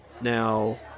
Now